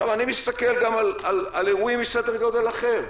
אני מסתכל גם על אירועים מסדר גודל אחר,